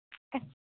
अस्तु